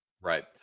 Right